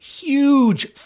huge